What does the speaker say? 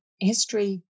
history